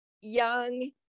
young